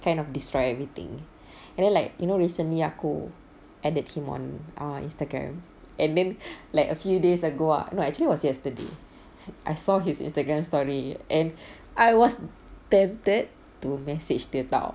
kind of destroyed everything and then like you know recently aku added him on err instagram and then like a few days ago ah no actually was yesterday I saw his instagram story and I was tempted to message dia [tau]